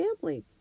family